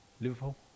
Liverpool